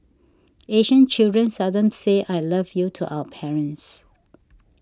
Asian children seldom say I love you to our parents